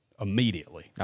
immediately